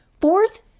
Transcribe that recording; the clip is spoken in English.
Fourth